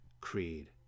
creed